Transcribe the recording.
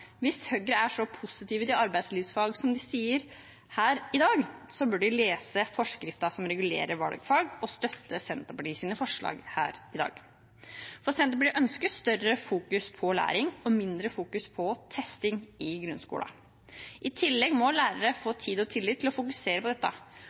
Hvis Høyre er så positiv til arbeidslivsfag som de sier her i dag, bør de lese forskriften som regulerer valgfag, og støtte Senterpartiets forslag. Senterpartiet ønsker at det fokuseres i større grad på læring og i mindre grad på testing i grunnskolen. I tillegg må lærere få